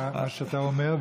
מה שאתה אומר,